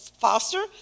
foster